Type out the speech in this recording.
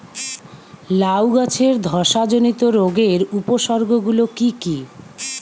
লাউ গাছের ধসা জনিত রোগের উপসর্গ গুলো কি কি?